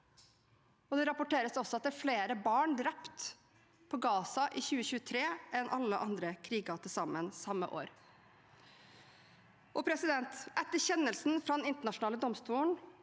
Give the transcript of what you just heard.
Det rapporteres også at det er flere barn drept i Gaza i 2023 enn i alle andre kriger til sammen samme år. Etter kjennelsen fra Den internasjonale domstolen